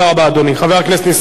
חבר הכנסת נסים זאב,